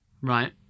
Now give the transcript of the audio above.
right